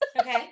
okay